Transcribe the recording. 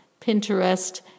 Pinterest